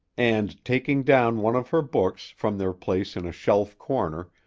and, taking down one of her books from their place in a shelf corner,